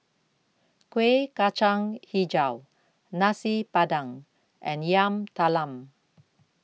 Kueh Kacang Hijau Nasi Padang and Yam Talam